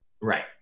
Right